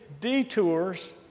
detours